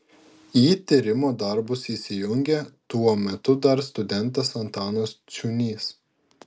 į tyrimo darbus įsijungė tuo metu dar studentas antanas ciūnys